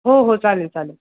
हो हो चालेल चालेल